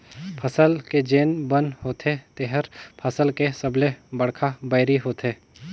फसल के जेन बन होथे तेहर फसल के सबले बड़खा बैरी होथे